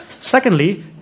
Secondly